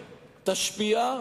תשפיע,